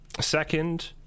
second